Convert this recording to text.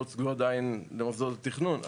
לא הוצגו עדיין למוסדות התכנון.